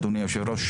אדוני היושב-ראש,